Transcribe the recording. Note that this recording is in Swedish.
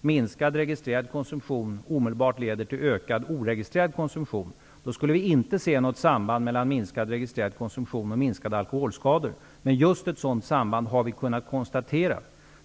minskad registrerad konsumtion omedelbart leder till ökad oregistrerad konsumtion, skulle vi inte se något samband mellan minskad registrerad konsumtion och minskade alkoholskador. Just ett sådant samband har vi kunnat konstatera.